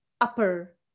Upper